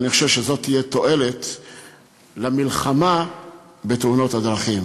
אני חושב שזה יביא תועלת למלחמה בתאונות הדרכים.